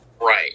Right